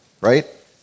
right